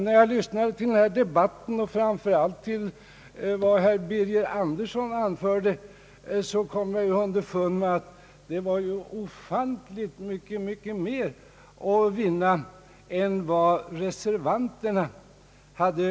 När jag lyssnat till debatten — framför allt till vad herr Birger Andersson anförde — kom jag dock underfund med att det finns ofantligt mycket mer att vinna än vad reservanterna föreslagit.